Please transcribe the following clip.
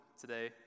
today